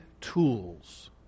tools